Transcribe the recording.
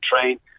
train